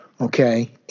Okay